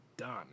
done